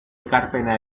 ekarpena